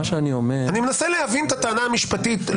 מה שאני אומר --- אני מנסה להבין את הטענה המשפטית.